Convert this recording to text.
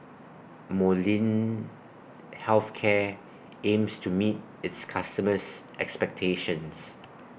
Molnylcke Health Care aims to meet its customers' expectations